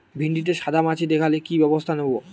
ভিন্ডিতে সাদা মাছি দেখালে কি ব্যবস্থা নেবো?